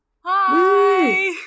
Hi